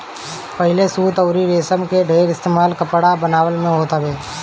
पहिले सूत अउरी रेशम कअ ढेर इस्तेमाल कपड़ा बनवला में होत रहे